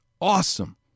Awesome